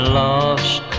lost